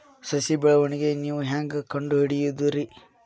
ಸಸಿ ಬೆಳವಣಿಗೆ ನೇವು ಹ್ಯಾಂಗ ಕಂಡುಹಿಡಿಯೋದರಿ?